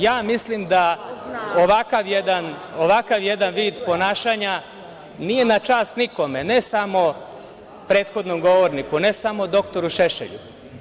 Ja mislim da ovakav jedan vid ponašanja nije na čast nikom, ne samo prethodnom govorniku, ne samo dr Šešelju.